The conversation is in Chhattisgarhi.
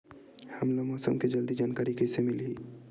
हमला मौसम के जल्दी जानकारी कइसे मिलही?